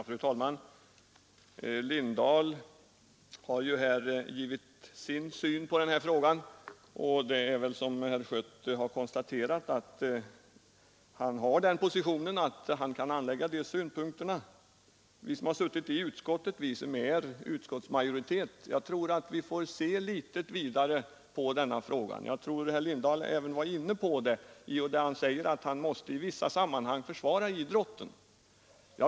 Fru talman! Herr Lindahl har här gett sin syn på den här frågan. Han har väl, som herr Schött konstaterat, den positionen att han kan anlägga sådana synpunkter. Jag tror att vi som har suttit i utskottet — åtminstone vi som utgör utskottsmajoriteten — får se litet vidare på denna fråga. Herr Lindahl var inne på det, och han sade att han i vissa sammanhang måste försvara idrotten.